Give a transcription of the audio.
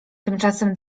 tymczasem